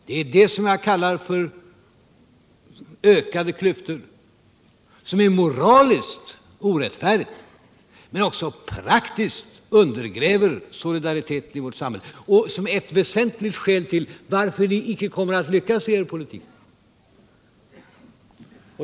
Det är detta jag kallar för ökade klyftor. Vad som sker är moraliskt orättfärdigt, praktiskt undergräver det solidariteten i vårt samhälle, och det är ett väsentligt skäl till att ni inte kommer att lyckas i er politik.